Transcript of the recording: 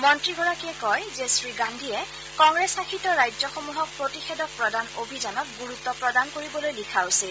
মন্ত্ৰীগৰাকীয়ে কয় যে শ্ৰীগান্ধীয়ে কংগ্ৰেছশাসিত ৰাজ্যসমূহক প্ৰতিষেধক প্ৰদান অভিযানত গুৰুত্ব প্ৰদান কৰিবলৈ লিখা উচিত